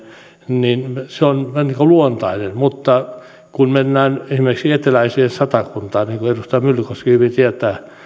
se on luontainen mutta kun mennään esimerkiksi eteläiseen satakuntaan niin kuin edustaja myllykoski hyvin tietää